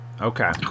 Okay